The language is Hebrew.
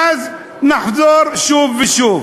ואז נחזור שוב ושוב.